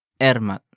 Ermat